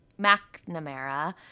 McNamara